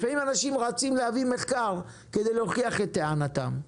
לפעמים אנשים רצים להביא מחקר כדי להוכיח את טענתם,